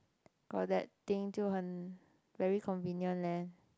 got that thing jiu hen very convenient leh